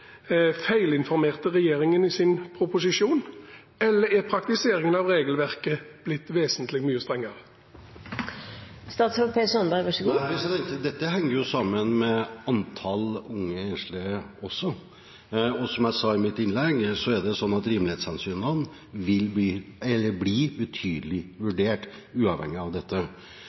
Feilinformerte regjeringen i sin proposisjon, eller er praktiseringen av regelverket blitt vesentlig mye strengere? Nei – dette henger også sammen med antall unge enslige. Og som jeg sa i mitt innlegg, er det sånn at rimelighetshensyn i betydelig grad blir vurdert uavhengig av dette.